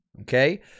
okay